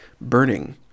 burning